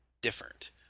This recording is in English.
different